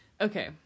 okay